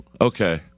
Okay